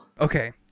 okay